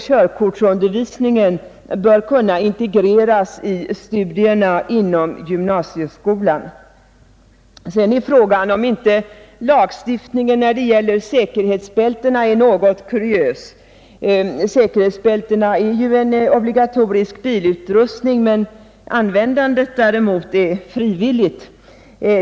Körkortsundervisningen bör kunna integreras i studierna inom gymnasieskolan. Sedan är frågan om inte lagstiftningen när det gäller säkerhetsbältena är något kuriös. Säkerhetsbältena är obligatorisk bilutrustning, men användandet är däremot frivilligt.